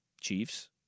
Chiefs